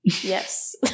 Yes